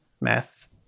math